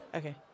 okay